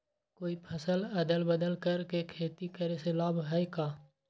कोई फसल अदल बदल कर के खेती करे से लाभ है का?